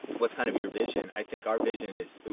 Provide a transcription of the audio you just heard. what's kind of your vision. i think our vision is,